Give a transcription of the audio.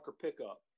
pickup